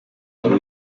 wari